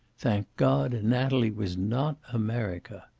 thank god, natalie was not america.